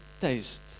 taste